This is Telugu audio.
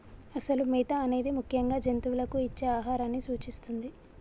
అసలు మేత అనేది ముఖ్యంగా జంతువులకు ఇచ్చే ఆహారాన్ని సూచిస్తుంది